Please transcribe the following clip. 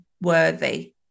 worthy